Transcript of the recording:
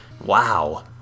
Wow